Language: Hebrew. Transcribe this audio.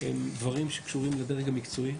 הם דברים שקשורים לדרג המקצועי,